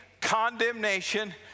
condemnation